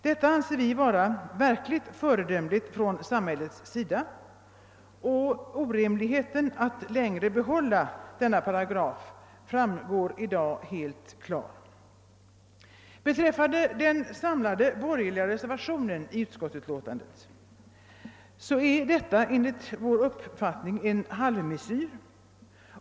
Detta vore föredömligt från samhällets sida, och orimligheten av att längre bibehålla denna paragraf framstår i dag helt klar. Den samlade borgerliga reservationen i utskottets utlåtande är enligt vår uppfattning en halvmesyr.